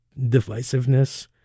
divisiveness